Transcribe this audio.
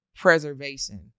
preservation